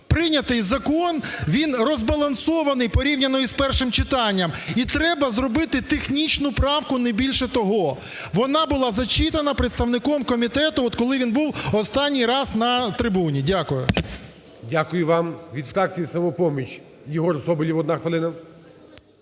прийнятий закон, він розбалансований порівняно з першим читанням. І треба зробити технічну правку, не більше того. Вона була зачитана представником комітету, коли він був останній раз на трибуні. Дякую. ГОЛОВУЮЧИЙ. Дякую вам. Від фракції "Самопоміч" Єгор Соболєв, одна хвилина.